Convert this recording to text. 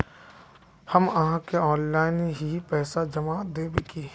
हम आहाँ के ऑनलाइन ही पैसा जमा देब की?